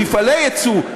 למפעלי יצוא,